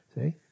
See